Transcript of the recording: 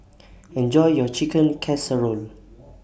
Enjoy your Chicken Casserole